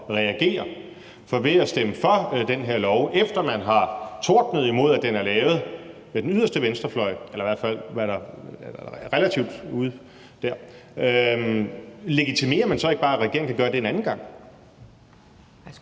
For ved at stemme for den her lov, efter at man har tordnet imod, at den er lavet med den yderste venstrefløj – eller i hvert fald med, hvad der er relativt langt ude dér – legitimerer man så ikke bare, at regeringen kan gøre det en anden gang?